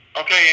okay